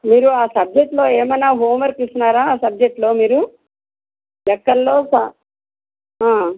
మీరు ఆ సబ్జెక్ట్లో ఎమన్నా హోంవర్క్ ఇస్తున్నారా ఆ సబ్జెక్ట్లో మీరు లెక్కల్లో